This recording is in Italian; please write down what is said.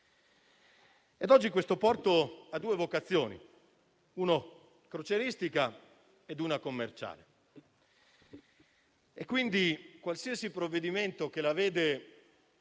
e oggi il porto ha due vocazioni: una crocieristica e una commerciale. Quindi, qualsiasi provvedimento che la vede